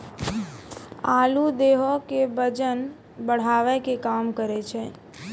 आलू देहो के बजन बढ़ावै के काम करै छै